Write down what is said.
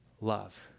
love